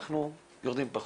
אנחנו יורדים פחות.